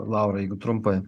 laurai jeigu trumpai